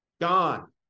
gone